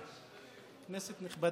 כנסת נכבדה,